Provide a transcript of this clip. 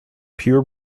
pure